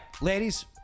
ladies